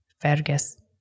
Fergus